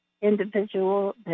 individual